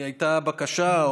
הייתה בקשה,